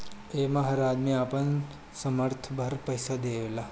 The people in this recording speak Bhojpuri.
एमे हर आदमी अपना सामर्थ भर पईसा देवेला